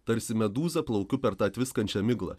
tarsi medūza plaukiu per tą tviskančią miglą